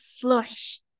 flourish